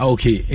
Okay